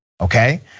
okay